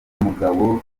mugabo